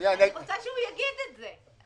אני רוצה שהוא יגיד את זה.